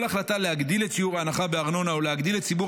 כל החלטה להגדיל את שיעור ההנחה בארנונה או להגדיל לציבור